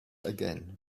again